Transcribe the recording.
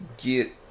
get